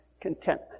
contentment